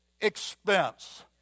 expense